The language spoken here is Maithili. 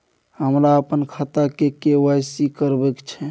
हमरा अपन खाता के के.वाई.सी करबैक छै